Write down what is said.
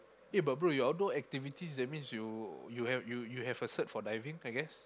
eh but bro your outdoor activity that means you you have you you have a cert for diving I guess